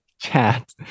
chat